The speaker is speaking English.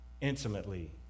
intimately